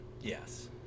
Yes